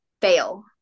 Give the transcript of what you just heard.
fail